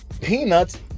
peanuts